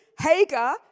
Hager